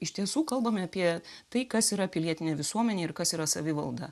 iš tiesų kalbame apie tai kas yra pilietinė visuomenė ir kas yra savivalda